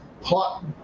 plot